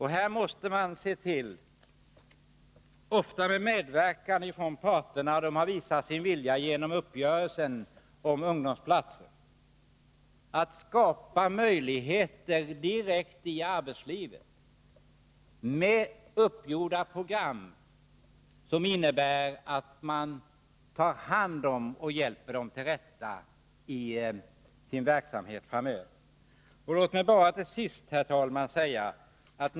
Här måste man se till att — gärna i samverkan med arbetsmarknadens parter, som visat sin vilja genom uppgörelsen om ungdomsplatser — skapa möjligheter direkt i arbetslivet med uppgjorda program som innebär att man tar hand om och hjälper ungdomarna till rätta.